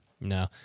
no